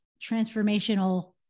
transformational